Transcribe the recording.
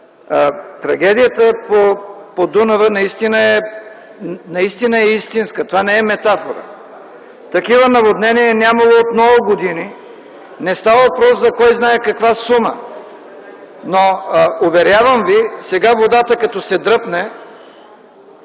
Трагедията по Дунава наистина е истинска. Това не е метафора. Такива наводнения е нямало от много години. Не става въпрос за кой знае каква сума. Уверявам Ви, когато сега водата се дръпне,